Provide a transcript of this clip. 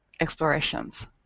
explorations